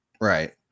right